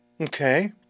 okay